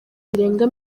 birenga